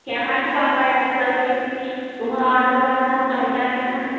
کیٚنٛہہ نہَ حظ چھُ پَرواے أسۍ کَرو یہِ تُہنٛد آرڈر واتناوَو تۄہہِ تانٮ۪تھ